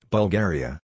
Bulgaria